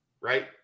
right